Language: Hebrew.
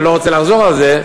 ואני לא רוצה לחזור על זה,